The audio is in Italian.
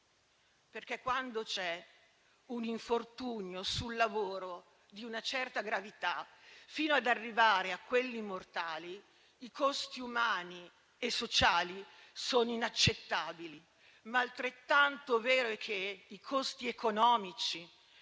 perché quando c'è un infortunio sul lavoro di una certa gravità, fino ad arrivare a quelli mortali, i costi umani e sociali sono inaccettabili; tuttavia, è altrettanto vero che i costi economici,